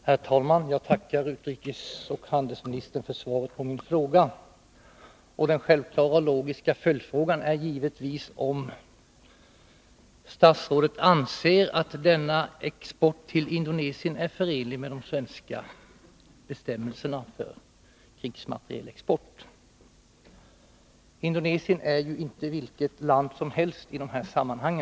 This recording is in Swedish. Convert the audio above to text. Herr talman! Jag tackar utrikesoch handelsministern för svaret på min fråga. Den självklara och logiska följdfrågan är givetvis om statsrådet anser att denna export till Indonesien är förenlig med de svenska bestämmelserna för krigsmaterielexport. Indonesien är ju inte vilket land som helst i dessa sammanhang.